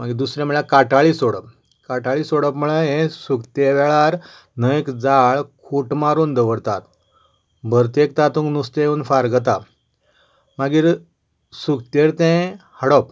मागीर दुसरें म्हणल्यार काटाळी सोडप काटाळी सोडप म्हणल्यार हें सुकतें वेळार न्हंयेक जाळ खूट मारून दवरतात भरतेंक तातूंत नुस्तें येवन फारगतात मागीर सुकतेंर तें हाडप